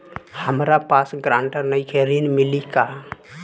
हमरा पास ग्रांटर नईखे ऋण मिली का?